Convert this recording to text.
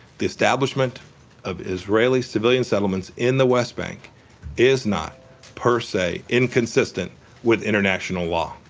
the establishment of israeli civilian settlements in the west bank is not per se inconsistent with international law.